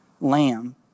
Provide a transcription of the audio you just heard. lamb